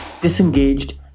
disengaged